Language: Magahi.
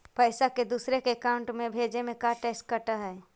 पैसा के दूसरे के अकाउंट में भेजें में का टैक्स कट है?